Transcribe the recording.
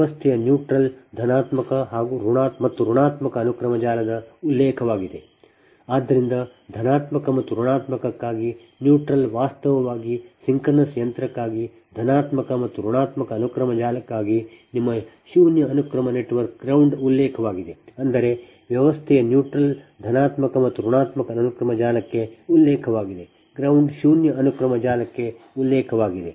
ವ್ಯವಸ್ಥೆಯ ನ್ಯೂಟ್ರಲ್ ಧನಾತ್ಮಕ ಮತ್ತು ಋಣಾತ್ಮಕ ಅನುಕ್ರಮ ಜಾಲದ ಉಲ್ಲೇಖವಾಗಿದೆ ಆದ್ದರಿಂದ ಧನಾತ್ಮಕ ಮತ್ತು ಋಣಾತ್ಮಕಕ್ಕಾಗಿ ನ್ಯೂಟ್ರಲ್ ವಾಸ್ತವವಾಗಿ ಸಿಂಕ್ರೊನಸ್ ಯಂತ್ರಕ್ಕಾಗಿ ಧನಾತ್ಮಕ ಮತ್ತು ಋಣಾತ್ಮಕ ಅನುಕ್ರಮ ಜಾಲಕ್ಕಾಗಿ ನಿಮ್ಮ ಶೂನ್ಯ ಅನುಕ್ರಮ ನೆಟ್ವರ್ಕ್ ground ಉಲ್ಲೇಖವಾಗಿದೆ ಅಂದರೆ ವ್ಯವಸ್ಥೆಯ ನ್ಯೂಟ್ರಲ್ ಧನಾತ್ಮಕ ಮತ್ತು ಋಣಾತ್ಮಕ ಅನುಕ್ರಮ ಜಾಲಕ್ಕೆ ಉಲ್ಲೇಖವಾಗಿದೆ ground ಶೂನ್ಯ ಅನುಕ್ರಮ ಜಾಲಕ್ಕೆ ಉಲ್ಲೇಖವಾಗಿದೆ